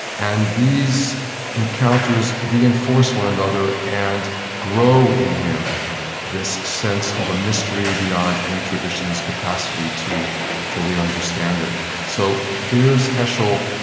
and these encounters reinforce one another and grow in him this sense of a mystery beyond any tradition's capacity to fully understand it so there's heschel,